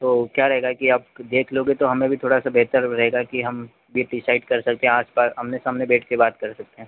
तो क्या रहेगा कि आप देख लोगे तो हमें भी थोड़ा सा बेहतर वह रहेगा कि हम भी डिसाइड कर सकते हैं आस पास आमने सामने बैठकर बात कर सकते हैं